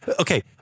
okay